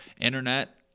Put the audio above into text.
internet